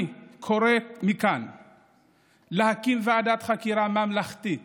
אני קורא מכאן להקים ועדת חקירה ממלכתית